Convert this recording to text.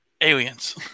aliens